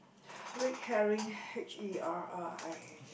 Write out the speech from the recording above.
red herring H E R R I N